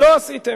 לא עשיתם.